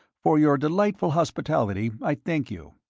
for your delightful hospitality i thank you.